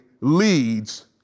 leads